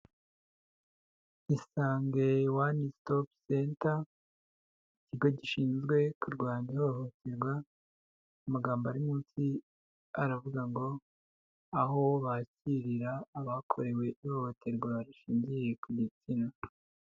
Isange wani sitopu senta, ikigo gishinzwe kurwanya ihohoterwa, amagambo ari munsi aravuga ngo aho bakirira abakorewe ihohoterwa rishingiye ku gitsina.